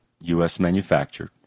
U.S.-manufactured